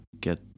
get